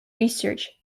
research